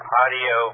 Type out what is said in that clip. audio